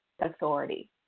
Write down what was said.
authority